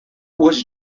was